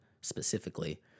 specifically